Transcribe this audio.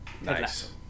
Nice